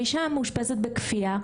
עכשיו, האישה מאושפזת בכפייה.